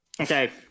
Okay